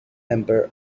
member